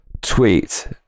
tweet